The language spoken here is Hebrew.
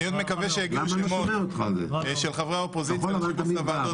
אני עוד מקווה שיגיעו שמות של חברי האופוזיציה ביחס לוועדות,